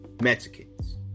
Mexicans